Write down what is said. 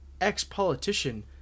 ex-politician